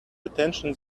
detention